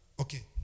Okay